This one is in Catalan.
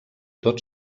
tot